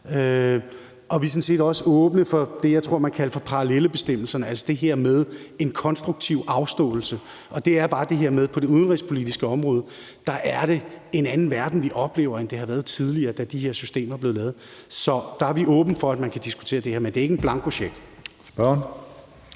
Vi er sådan set også åbne for det, som jeg tror at man kalder passarellebestemmelserne, altså det her med en konstruktiv afståelse. Det er bare det her med, at vi på det udenrigspolitiske område oplever en anden verden, end der var tidligere, da de her systemer blev lavet. Så der er vi åbne for, at man kan diskutere det her, men det er ikke en blankocheck. Kl.